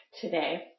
today